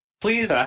Please